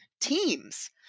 teams